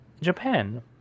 Japan